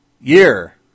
year